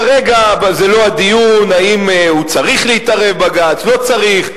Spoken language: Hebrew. הדיון כרגע אינו אם בג"ץ צריך להתערב או לא צריך,